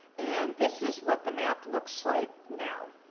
and this is what the map looks like now.